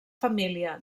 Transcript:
família